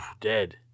dead